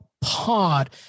Pod